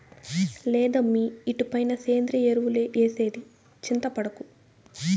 లేదమ్మీ ఇటుపైన సేంద్రియ ఎరువులే ఏసేది చింతపడకు